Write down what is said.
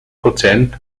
prozent